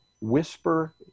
whisper